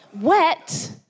Wet